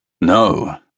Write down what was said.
No